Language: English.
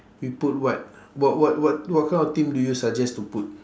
we put what what what what what kind of theme do you suggest to put